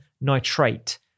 nitrate